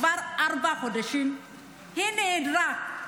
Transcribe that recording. כבר ארבעה חודשים היא נעדרת,